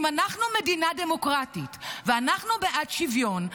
אם אנחנו מדינה דמוקרטית ואנחנו בעד שוויון,